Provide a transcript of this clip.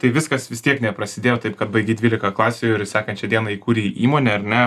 tai viskas vis tiek neprasidėjo taip kad baigei dvyliką klasių ir sekančią dieną įkūrei įmonę ar ne